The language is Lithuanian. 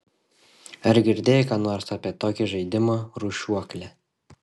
ar girdėjai ką nors apie tokį žaidimą rūšiuoklė